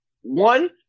one